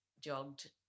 jogged